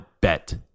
bet